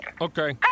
Okay